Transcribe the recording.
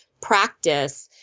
practice